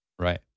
Right